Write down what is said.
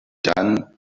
done